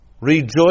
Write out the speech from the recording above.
rejoice